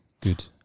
good